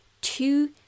two